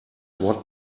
what